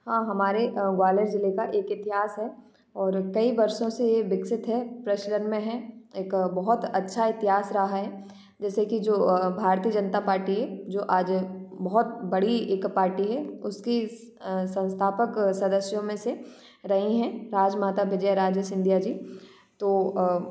हाँ हमारे अ ग्वालियर जिले का एक इतिहास है और कई वर्षों से यह विकसित है प्रचलन में है एक बहुत अच्छा इतिहास रहा है जैसे कि जो भारतीय जनता पार्टी है जो आज बहुत बड़ी एक पार्टी है उसकी संस्थापक सदस्यों में से रही हैं राजमाता विजय राजे सिंधिया जी तो